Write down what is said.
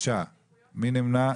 5. מי נמנע?